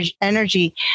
energy